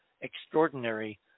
extraordinary